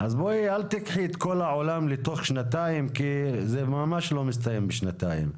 אז אל תיקחי את כל העולם לתוך שנתיים כי זה ממש לא מסתיים בשנתיים.